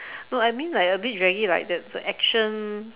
no I mean like a bit draggy like the the action